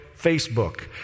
Facebook